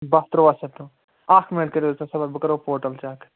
بَہہ تُرٛواہ سٮ۪پٹَم اَکھ مِنَٹ کٔرِو حظ تُہۍ صبٕر بہٕ کَرو ہوٹل چَک